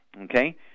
okay